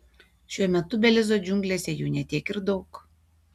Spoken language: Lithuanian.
šiuo metu belizo džiunglėse jų ne tiek ir daug